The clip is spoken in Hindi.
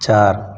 चार